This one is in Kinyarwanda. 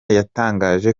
yatangaje